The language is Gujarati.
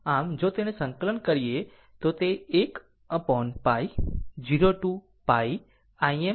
આમ જો તેને સંકલન કરીએ તો તે 1 upon π 0 to π Im cosθ થશે